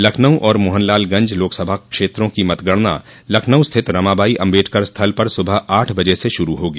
लखनऊ और मोहनलालगंज लोकसभा क्षेत्रों की मतगणना लखनऊ स्थित रमाबाई अम्बेडकर स्थल पर सुबह आठ बजे से शुरू होगी